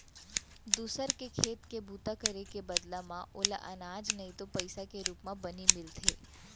दूसर के खेत के बूता करे के बदला म ओला अनाज नइ तो पइसा के रूप म बनी मिलथे